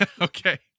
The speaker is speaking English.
Okay